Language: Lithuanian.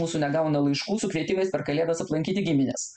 mūsų negauna laiškų su kvietimais per kalėdas aplankyti gimines